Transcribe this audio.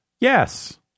yes